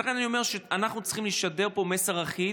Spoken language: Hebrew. לכן אני אומר שאנחנו צריכים לשדר פה מסר אחיד,